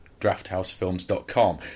drafthousefilms.com